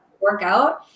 workout